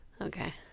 Okay